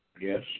Yes